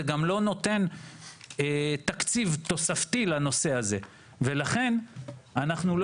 זה גם לא נותן תקציב תוספתי לנושא הזה ולכן אנחנו לא